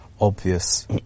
obvious